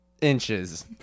inches